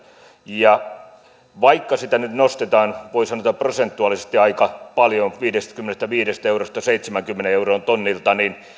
ja vaikka sitä nyt nostetaan voi sanoa että prosentuaalisesti aika paljon viidestäkymmenestäviidestä eurosta seitsemäänkymmeneen euroon tonnilta niin